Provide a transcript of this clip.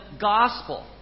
gospel